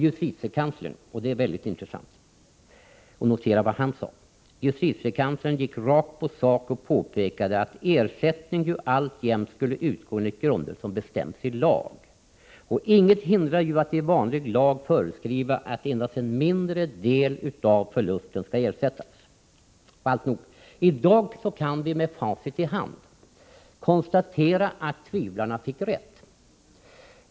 Justitiekanslern gick rakt på sak och påpekade — och detta är mycket intressant — att ersättning alltjämt skulle utgå enligt grunder som bestäms i lag, och inget hindrar att man i vanlig lag föreskriver att endast en mindre del av förlusten skall ersättas. Alltnog, i dag kan vi, med facit i hand, konstatera att tvivlarna fick rätt.